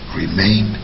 remain